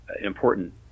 important